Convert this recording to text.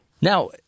Now